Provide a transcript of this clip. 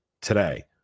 today